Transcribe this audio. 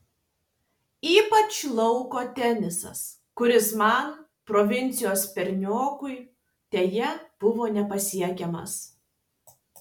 ypač lauko tenisas kuris man provincijos berniokui deja buvo nepasiekiamas